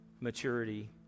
maturity